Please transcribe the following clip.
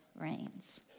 reigns